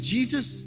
Jesus